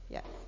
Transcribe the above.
Yes